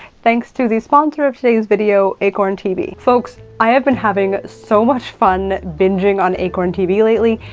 thanks to the sponsor of today's video, acorn tv. folks, i have been having so much fun binging on acorn tv lately.